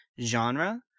genre